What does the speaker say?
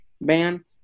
ban